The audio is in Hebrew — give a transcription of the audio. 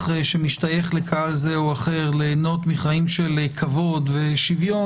שמשתייך לקהל זה או אחר ליהנות מחיים של כבוד ושוויון,